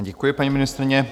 Děkuji, paní ministryně.